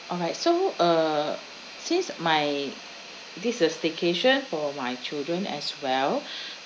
alright so uh since my this a staycation for my children as well